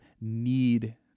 need